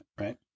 right